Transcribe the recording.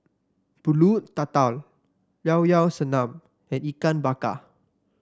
pulut tatal Llao Llao Sanum and Ikan Bakar